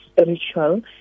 spiritual